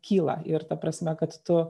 kyla ir ta prasme kad tu